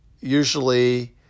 usually